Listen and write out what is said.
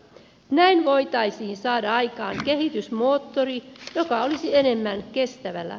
näin voitaisiin saada aikaan kehitysmoottori joka olisi enemmän kestävällä